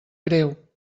greu